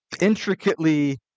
intricately